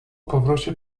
powrocie